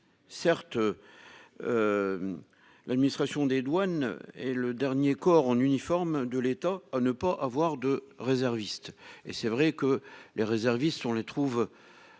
Certes. L'administration des douanes et le dernier corps en uniforme de l'État à ne pas avoir de réservistes et c'est vrai que les réservistes, on les trouve.